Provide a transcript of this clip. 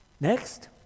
Next